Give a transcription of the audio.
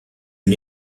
une